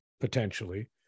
potentially